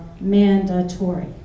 Mandatory